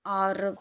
اور